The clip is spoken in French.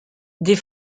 des